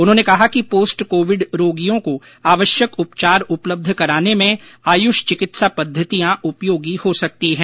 उन्होंने कहा कि पोस्ट कोविड रोगियों को आवश्यक उपचार उपलब्ध कराने में आयुष चिकित्सा पद्वतियां उपयोगी हो सकती हैं